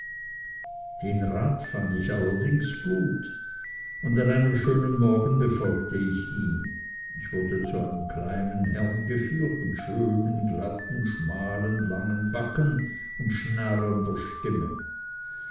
den rat fand ich allerdings gut und an einem schönen morgen befolgte ich ihn ich wurde zu einem kleinen herrn geführt mit schönen glatten schmalen langen backen und schnarrender stimme